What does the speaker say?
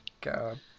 God